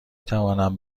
توانم